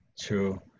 true